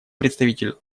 представитель